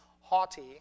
haughty